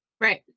right